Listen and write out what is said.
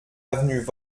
avenue